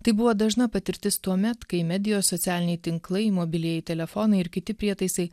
tai buvo dažna patirtis tuomet kai medijos socialiniai tinklai mobilieji telefonai ir kiti prietaisai